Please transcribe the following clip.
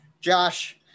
Josh